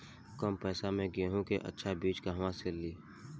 कम पैसा में गेहूं के अच्छा बिज कहवा से ली?